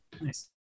nice